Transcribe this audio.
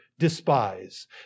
despise